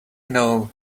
know